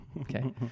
Okay